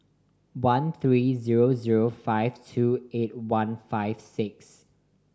one three zero zero five two eight one five six